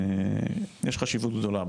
יש חשיבות גדולה.